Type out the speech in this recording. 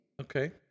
Okay